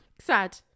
Sad